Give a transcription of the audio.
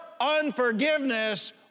unforgiveness